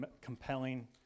compelling